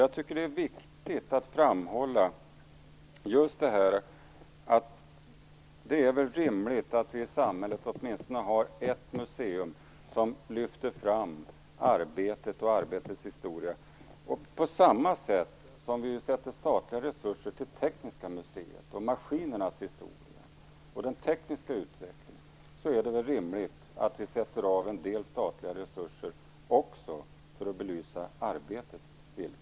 Jag tycker att det är viktigt att framhålla just att det är rimligt att vi i samhället har åtminstone ett museum som lyfter fram arbetet och arbetets historia. På samma sätt som vi avsätter statliga resurser till Tekniska museet, som visar maskinernas historia och den tekniska utvecklingen, är det väl rimligt att vi avsätter en del statliga resurser också för att belysa arbetets villkor.